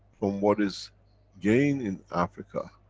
from what is gained in africa,